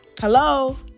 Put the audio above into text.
hello